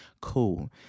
cool